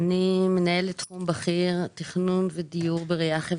אני מנהלת תחום בכיר, תכנון ודיור בראייה חברתית.